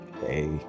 Hey